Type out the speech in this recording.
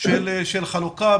של חלוקה,